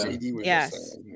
Yes